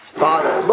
father